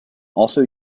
also